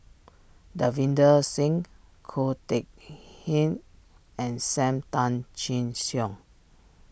Davinder Singh Ko Teck Kin and Sam Tan Chin Siong